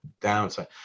downside